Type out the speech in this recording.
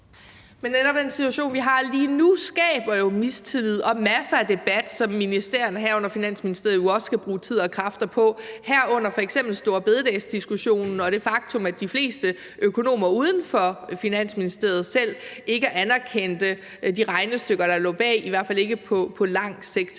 Men netop en situation som den, vi har lige nu, skaber jo mistillid og masser af debat, som ministerierne, herunder Finansministeriet, jo også skal bruge tid og kræfter på – herunder f.eks. storebededagsdiskussionen og det faktum, at de fleste økonomer uden for Finansministeriet selv ikke anerkendte de regnestykker, der lå bag, i hvert fald ikke på lang sigt.